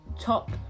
top